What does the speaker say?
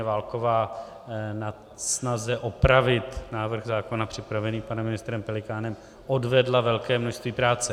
Válková ve snaze opravit návrh zákona připravený panem ministrem Pelikánem odvedla velké množství práce.